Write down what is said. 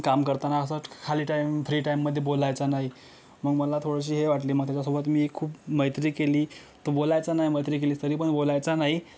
काम करताना असं खाली टाइम फ्री टाइममध्ये बोलायचा नाही मग मला थोडीशी हे वाटली मग त्याच्यासोबत मी खूप मैत्री केली तो बोलायचा नाही मैत्री केली तरीपण बोलायचा नाही